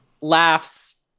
laughs